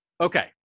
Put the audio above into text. Okay